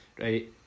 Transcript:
Right